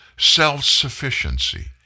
Self-sufficiency